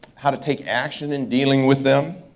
how to take action in dealing with them.